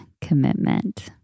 commitment